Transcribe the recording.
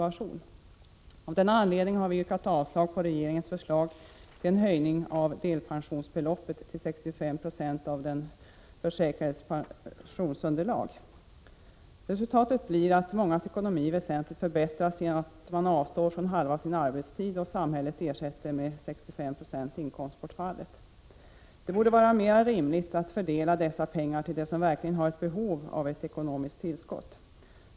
Av denna anledning har vi yrkat avslag på regeringens förslag om en höjning av delpensionsbeloppet till 65 90 av den försäkrades pensionsunderlag. Resultatet blir att mångas ekonomi väsentligt förbättras genom att man avstår från halva sin arbetstid och samhället ersätter inkomstbortfallet med 65 26. Det borde vara rimligare att fördela dessa pengar till dem som verkligen har behov av ett ekonomiskt tillskott.